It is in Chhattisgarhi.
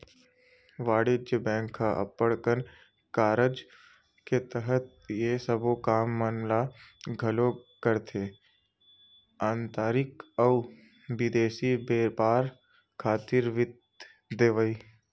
वाणिज्य बेंक ह अब्बड़ कन कारज के तहत ये सबो काम मन ल घलोक करथे आंतरिक अउ बिदेसी बेपार खातिर वित्त देवई